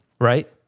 Right